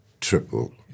triple